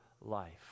life